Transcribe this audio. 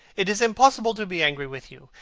it is impossible to be angry with you.